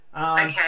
Okay